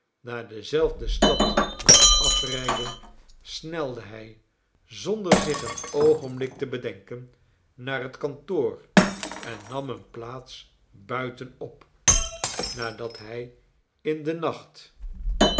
naar dezelfde stad moest afrijden snelde hij zonder zich een oogenblik te bedenken naar het kantoor en nam eene plaats buitenop nadat hij in den nacht